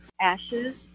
ashes